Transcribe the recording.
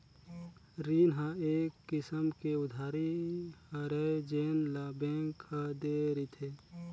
रीन ह एक किसम के उधारी हरय जेन ल बेंक ह दे रिथे